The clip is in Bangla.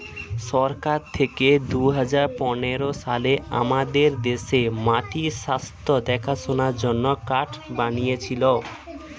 সরকার থেকে দুহাজার পনেরো সালে আমাদের দেশে মাটির স্বাস্থ্য দেখাশোনার জন্যে কার্ড বানিয়েছিলো